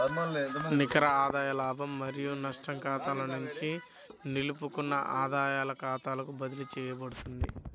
నికర ఆదాయ లాభం మరియు నష్టం ఖాతా నుండి నిలుపుకున్న ఆదాయాల ఖాతాకు బదిలీ చేయబడుతుంది